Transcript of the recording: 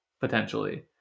potentially